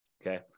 Okay